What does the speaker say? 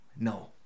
No